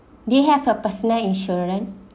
they have a personal insurance